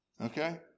Okay